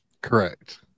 Correct